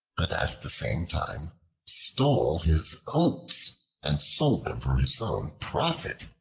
but at the same time stole his oats and sold them for his own profit.